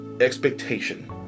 expectation